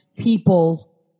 people